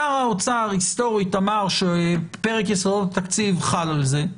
שר האוצר היסטורית אמר שפרק יסודות התקציב חל על זה,